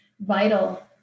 vital